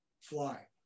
fly